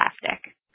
plastic